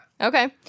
Okay